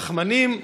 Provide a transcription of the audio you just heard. רחמנים,